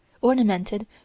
ornamented